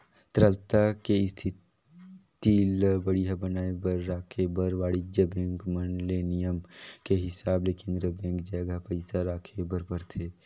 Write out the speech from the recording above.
तरलता के इस्थिति ल बड़िहा बनाये बर राखे बर वाणिज्य बेंक मन ले नियम के हिसाब ले केन्द्रीय बेंक जघा पइसा राखे बर परथे